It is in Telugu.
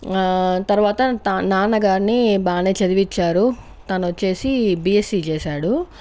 తర్వాత నాన్నగార్ని బాగానే చదివిచ్చారు తనొచ్చేసి బిఎస్సీ చేశాడు